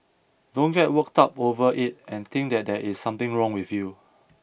don't get worked up over it and think that there is something wrong with you